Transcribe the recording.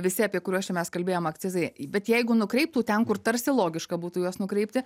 visi apie kuriuos čia mes kalbėjom akcizai bet jeigu nukreiptų ten kur tarsi logiška būtų juos nukreipti